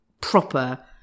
proper